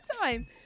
time